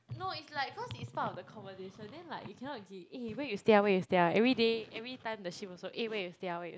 no is like cause it's part of the conversation then like you cannot be eh where you stay ah where you stay ah everyday every time the shift also eh where you stay ah where you